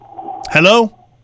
Hello